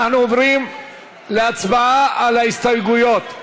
אנחנו עוברים להצבעה על ההסתייגויות.